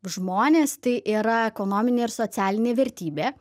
žmonės tai yra ekonominė ir socialinė vertybė